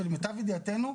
למיטב ידיעתנו,